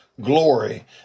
glory